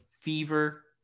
fever